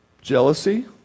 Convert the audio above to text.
Jealousy